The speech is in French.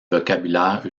vocabulaire